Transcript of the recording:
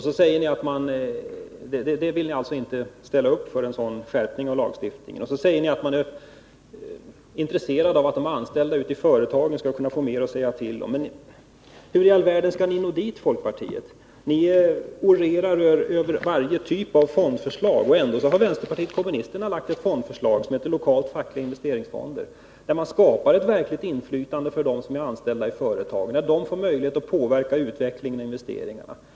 Så säger ni att ni är intresserade av att de anställda ute i företagen skall få mera att säga till om. Men hur i all världen skall folkpartiet nå dit? Ni orerar över varje typ av fondförslag. Ändå har vänsterpartiet kommunisterna framlagt ett fondförslag som gäller också lokala fackliga investeringsfonder, varigenom man skapar ett verkligt inflytande för de anställda i företagen. De får möjlighet att påverka utveckling och investeringar.